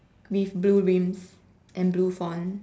with blue rims and blue font